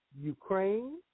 Ukraine